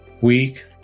week